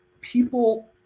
people